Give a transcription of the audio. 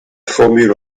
formule